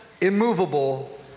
immovable